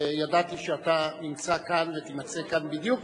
וידעתי שאתה נמצא כאן ותימצא כאן בדיוק